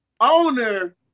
owner